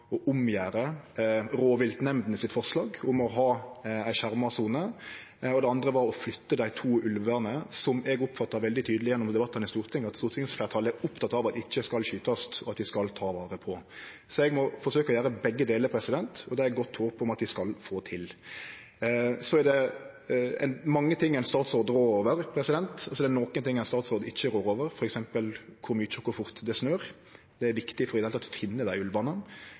å omgjere forslaget frå rovviltnemndene om å ha ei skjerma sone, det andre var å flytte dei to ulvane som eg oppfatta veldig tydeleg gjennom debatten i Stortinget at stortingsfleirtalet var oppteke av ikkje skal skytast, og at vi skal ta vare på dei. Eg må forsøkje å gjere begge delar, og det er det godt håp om at vi skal få til. Så er det mange ting ein statsråd rår over, og nokre ting ein statsråd ikkje rår over, f.eks. kor mykje og kor fort det snør. Det er viktig for i det heile å finne dei